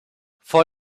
for